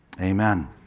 amen